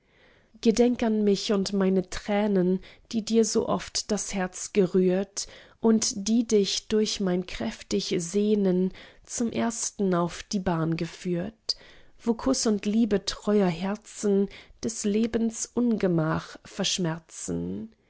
gedenk an mich und meine tränen die dir so oft das herz gerührt und die dich durch mein kräftig sehnen zum ersten auf die bahn geführt wo kuß und liebe treuer herzen des lebens ungemach verschmerzen